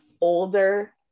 older